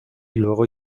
luego